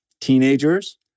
teenagers